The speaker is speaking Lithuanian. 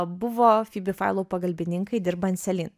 buvo fibi failau pagalbininkai dirbant celine